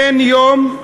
אין יום,